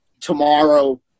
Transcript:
tomorrow